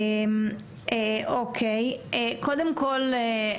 קודם כל,